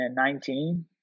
2019